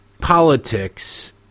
politics